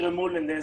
יגרמו לנזק.